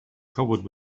covered